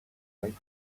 right